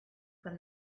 from